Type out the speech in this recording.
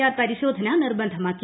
R പരിശോധന നിർബന്ധമാക്കി